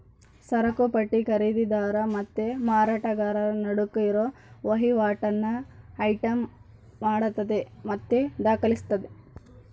ಸರಕುಪಟ್ಟಿ ಖರೀದಿದಾರ ಮತ್ತೆ ಮಾರಾಟಗಾರರ ನಡುಕ್ ಇರೋ ವಹಿವಾಟನ್ನ ಐಟಂ ಮಾಡತತೆ ಮತ್ತೆ ದಾಖಲಿಸ್ತತೆ